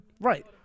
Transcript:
Right